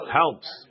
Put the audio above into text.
helps